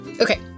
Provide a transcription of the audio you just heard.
Okay